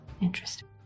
Interesting